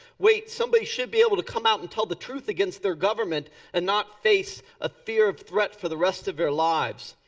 wait, somebody should be able to come out and tell the truth against their government and not face a fear of threat for the rest of their lives.